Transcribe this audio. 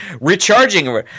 recharging